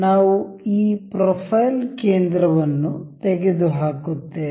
ನಾವು ಈ ಪ್ರೊಫೈಲ್ ಕೇಂದ್ರ ವನ್ನು ತೆಗೆದುಹಾಕುತ್ತೇವೆ